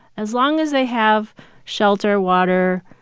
as long as they have shelter, water,